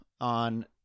on